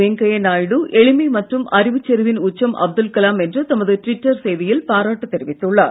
வெங்கையா நாயுடு எளிமை மற்றும் அறிவுச் செறிவின் உச்சம் அப்துல் கலாம் என்று தமது டிவிட்டர் செய்தியில் பாராட்டுத் தெரிவித்துள்ளார்